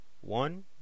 One